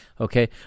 okay